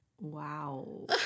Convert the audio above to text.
Wow